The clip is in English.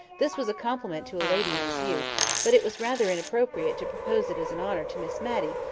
this was a compliment to a lady in his youth but it was rather inappropriate to propose it as an honour to miss matty,